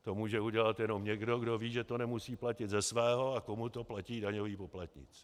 To může udělat jenom někdo, kdo ví, že to nemusí platit ze svého a komu to platí daňoví poplatníci.